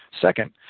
Second